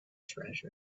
treasure